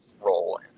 role